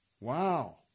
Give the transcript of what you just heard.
wow